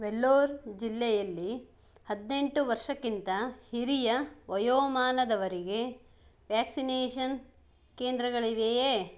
ವೆಲ್ಲೋರ್ ಜಿಲ್ಲೆಯಲ್ಲಿ ಹದಿನೆಂಟು ವರ್ಷಕ್ಕಿಂತ ಹಿರಿಯ ವಯೋಮಾನದವರಿಗೆ ವ್ಯಾಕ್ಸಿನೇಷನ್ ಕೇಂದ್ರಗಳಿವೆಯೇ